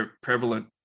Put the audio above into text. prevalent